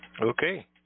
okay